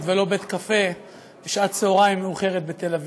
ולא בית-קפה בשעת צהריים מאוחרת בתל אביב.